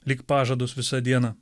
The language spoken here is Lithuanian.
lyg pažadus visą dieną